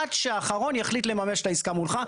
עד שהאחרון יחליט לממש את העסקה מולך.